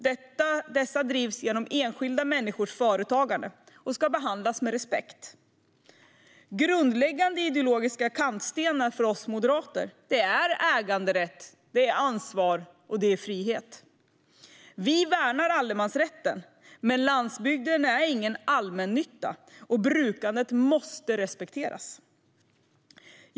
Dessa drivs genom enskilda människors företagande och ska behandlas med respekt. Grundläggande ideologiska kantstenar för oss moderater är äganderätt, ansvar och frihet. Vi värnar allemansrätten, men landsbygden är ingen allmännytta och brukandet måste respekteras.